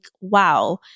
wow